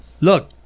look